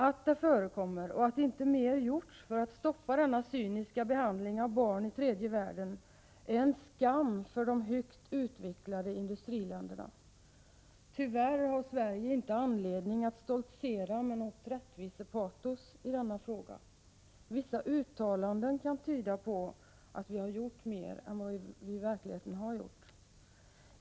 Att det förekommer och att inte mer har gjorts för att stoppa denna cyniska behandling av barn i tredje världen är en skam för de högt utvecklade industriländerna. Tyvärr har Sverige inte anledning att stoltsera med något rättvisepatos i denna fråga. Vissa uttalanden kan tyda på att vi har gjort mer än vad vi i verkligheten har gjort.